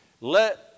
Let